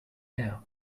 air